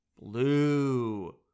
Blue